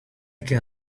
can